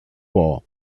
war